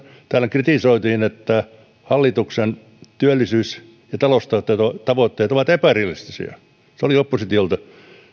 täällä kritisoitiin että hallituksen työllisyys ja taloustavoitteet ovat epärealistisia se oli oppositiolta